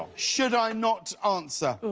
should i not answer?